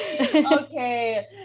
Okay